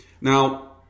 Now